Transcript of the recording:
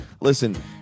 Listen